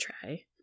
try